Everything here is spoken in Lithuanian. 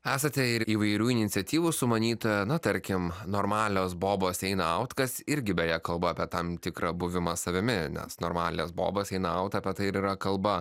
esate ir įvairių iniciatyvų sumanytoja na tarkim normalios bobos eina out kas irgi beje kalba apie tam tikrą buvimą savimi nes normalios bobos eina out apie tai ir yra kalba